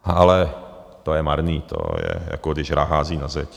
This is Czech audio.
Ale to je marné, to je, jako když hrách hází na zeď.